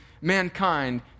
mankind